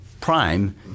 prime